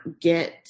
get